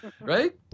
Right